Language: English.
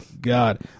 God